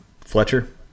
fletcher